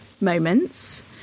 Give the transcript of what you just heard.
moments